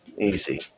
Easy